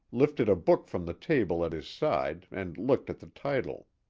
lifted a book from the table at his side and looked at the title.